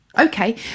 okay